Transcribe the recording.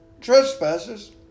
trespasses